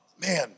man